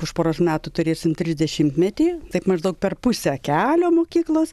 už poros metų turėsim trisdešimtmetį taip maždaug per pusę kelio mokyklos